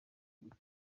bicu